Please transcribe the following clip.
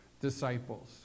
disciples